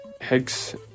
Hex